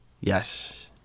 yes